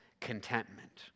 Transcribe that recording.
contentment